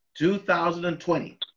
2020